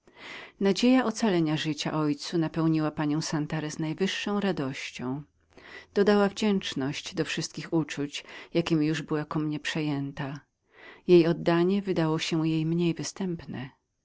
nadzieja ocalenia życia jej ojcu napełniła panią santarez najżywszą radością dodała wdzięczność do wszystkich uczuć jakiemi już była ku mnie przejętą wdzięczność jej dla mnie zdała się odtąd mniej